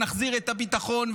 נחזיר את הביטחון,